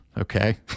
okay